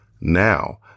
Now